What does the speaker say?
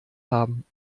haben